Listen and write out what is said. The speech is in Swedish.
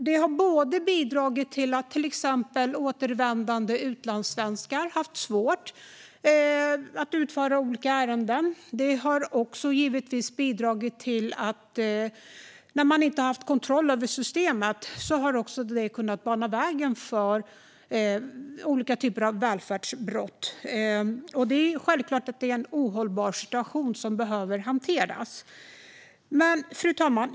Det har bidragit till att exempelvis återvändande utlandssvenskar haft svårt att utföra olika ärenden. När man inte haft kontroll över systemet har det också givetvis kunnat bana väg för olika typer av välfärdsbrott. Det är självklart att det är en ohållbar situation som behöver hanteras. Fru talman!